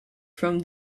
from